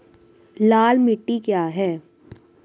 लाल मिट्टी क्या है?